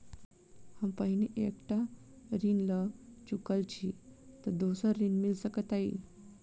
हम पहिने एक टा ऋण लअ चुकल छी तऽ दोसर ऋण मिल सकैत अई?